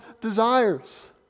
desires